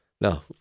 No